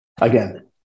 again